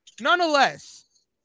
nonetheless